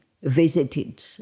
Visited